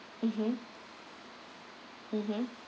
mmhmm mmhmm